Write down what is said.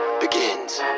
begins